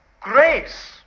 grace